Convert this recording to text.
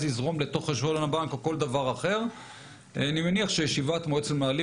יזרום לתוך חשבון הבנק אני מניח שישיבת מועצת המנהלים